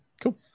Cool